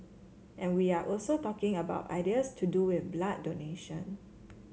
and we are also talking about ideas to do with blood donation